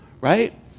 right